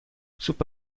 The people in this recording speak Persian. سوپ